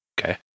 Okay